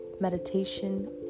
meditation